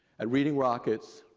at reading rockets,